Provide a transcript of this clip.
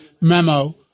memo